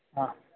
हा